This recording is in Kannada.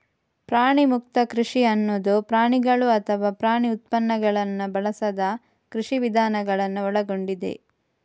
ಪ್ರಾಣಿಮುಕ್ತ ಕೃಷಿ ಅನ್ನುದು ಪ್ರಾಣಿಗಳು ಅಥವಾ ಪ್ರಾಣಿ ಉತ್ಪನ್ನಗಳನ್ನ ಬಳಸದ ಕೃಷಿ ವಿಧಾನಗಳನ್ನ ಒಳಗೊಂಡಿದೆ